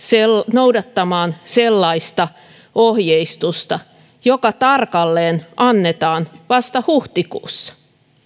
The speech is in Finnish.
noudattamaan sellaista ohjeistusta joka annetaan tarkalleen vasta huhtikuussa